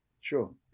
Sure